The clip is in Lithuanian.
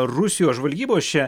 rusijos žvalgybos čia